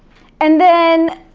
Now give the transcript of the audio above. and then,